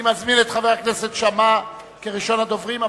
אני מזמין את חבר הכנסת כרמל שאמה כראשון הדוברים,